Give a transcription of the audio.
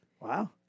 Wow